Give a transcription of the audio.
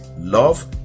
love